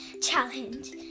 challenge